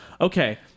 Okay